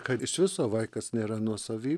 kad iš viso vaikas nėra nuosavy